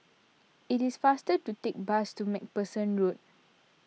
it is faster to take bus to MacPherson Road